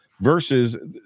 versus